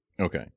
Okay